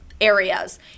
areas